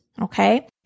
Okay